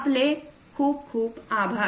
आपले खूप खूप आभार